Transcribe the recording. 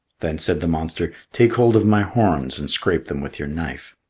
then said the monster, take hold of my horns and scrape them with your knife.